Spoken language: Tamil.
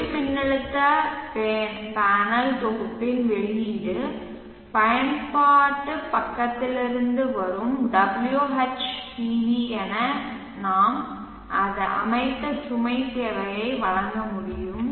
ஒளிமின்னழுத்த பேனல் தொகுப்பின் வெளியீடு பயன்பாட்டு பக்கத்திலிருந்து வரும் WHPV என நாங்கள் அமைத்த சுமை தேவையை வழங்க முடியும்